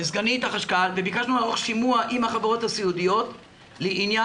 לסגנית החשכ"ל וביקשנו לערוך שימוע עם החברות הסיעודיות לעניין